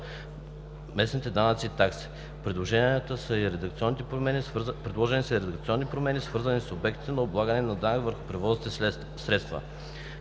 местните данъци и такси. Предложени са и редакционни промени, свързани с обектите на облагане с данък върху превозните средства.